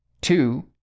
Two